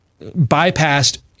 bypassed